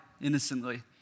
innocently